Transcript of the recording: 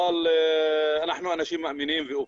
אבל אנחנו אנשים מאמינים ואופטימיים.